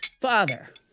Father